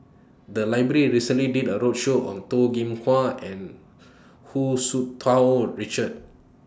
The Library recently did A roadshow on Toh Kim Hwa and Hu Tsu Tau Richard